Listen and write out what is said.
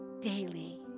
daily